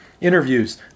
interviews